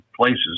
places